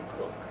cook